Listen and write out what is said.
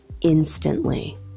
instantly